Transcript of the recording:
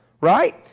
Right